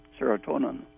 serotonin